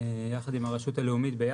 יחד עם הרשות הלאומית.